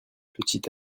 petit